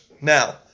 Now